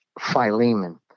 Philemon